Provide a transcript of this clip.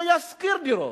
לא ישכור דירות.